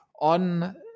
on